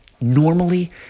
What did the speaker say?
Normally